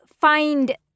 find